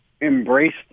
embraced